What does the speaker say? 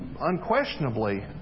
unquestionably